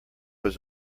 was